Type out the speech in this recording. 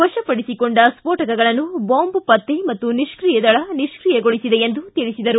ವಶಪಡಿಸಿಕೊಂಡ ಸ್ಫೋಟಕಗಳನ್ನು ಬಾಂಬ್ ಪತ್ತೆ ಮತ್ತು ನಿಷ್ಕಿಯ ದಳ ನಿಷ್ಕಿಯಗೊಳಿಸಿದೆ ಎಂದು ತಿಳಿಸಿದರು